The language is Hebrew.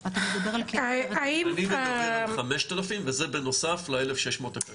אני מדבר על 5,000 וזה בנוסף ל-1,600.